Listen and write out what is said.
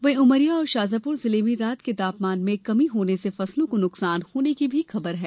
वहीं उमरिया और शाजापुर जिले में रात के तापमान में कमी होने से फसलों को नुकसान होने की भी खबर है